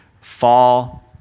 fall